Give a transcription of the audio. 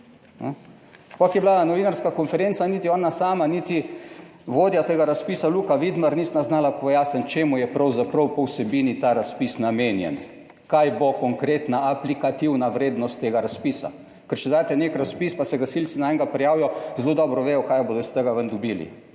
ko je bila novinarska konferenca niti ona sama niti vodja tega razpisa Luka Vidmar nista znala pojasniti, čemu je pravzaprav po vsebini ta razpis namenjen, kaj bo konkretna aplikativna vrednost tega razpisa, ker če daste nek razpis, pa se gasilci nanj prijavijo, zelo dobro vedo kaj bodo iz tega ven dobili,